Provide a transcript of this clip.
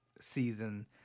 season